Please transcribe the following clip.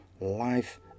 life